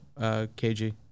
KG